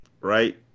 Right